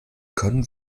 können